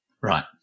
Right